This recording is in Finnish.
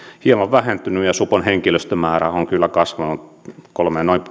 hieman vähentynyt ja supon henkilöstömäärä on kyllä kasvanut noin